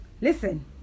Listen